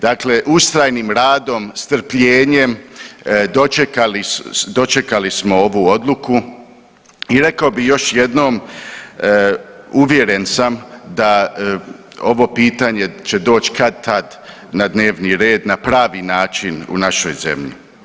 Dakle, ustrajnim radom, strpljenjem dočekali smo ovu odluku i rekao bih još jednom uvjeren sam da ovo pitanje će doći kad-tad na dnevni red na pravi način u našoj zemlji.